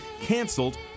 canceled